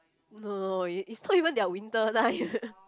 no no no it it's not even their winter time